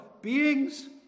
beings